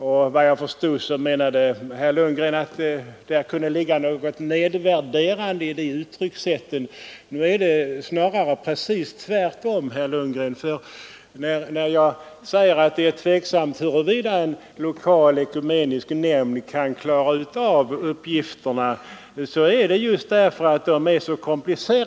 Efter vad jag förstod fann herr Lundgren att det låg något nedvärderande i dessa uttryckssätt. Snarare är det tvärtom, herr Lundgren. När jag säger att det är tveksamt huruvida en lokal ekumenisk nämnd kan klara uppgifterna, beror det just på att de är så komplicerade.